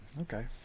Okay